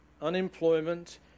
Unemployment